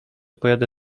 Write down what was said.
pojadę